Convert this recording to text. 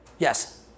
Yes